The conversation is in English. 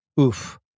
Oof